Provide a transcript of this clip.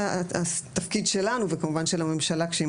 התפקיד שלנו וכמובן של הממשלה כשהיא